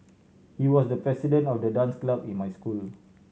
he was the president of the dance club in my school